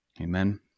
amen